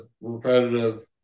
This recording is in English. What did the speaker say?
repetitive